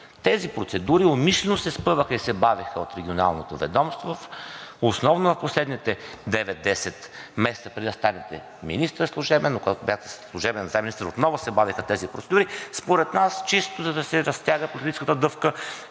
Тези процедури умишлено се спъваха и се бавеха от регионалното ведомство. Основно в последните девет-десет месеца преди да станете служебен министър, но когато бяхте служебен заместник-министър, отново се бавеха тези процедури, според нас чисто, за да се разтяга политическата дъвка